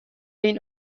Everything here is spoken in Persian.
این